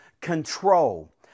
control